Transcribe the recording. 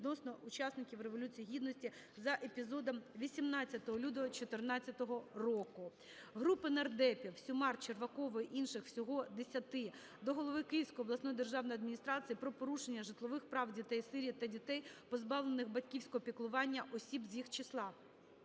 відносно учасників Революції Гідності за епізодом 18 лютого 14-го року. Групи нардепутатів (Сюмар, Червакової, інших; всього 10-и) до голови Київської обласної державної адміністрації про порушення житлових прав дітей-сиріт та дітей, позбавлених батьківського піклування, осіб з їх числа.